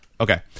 okay